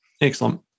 Excellent